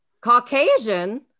Caucasian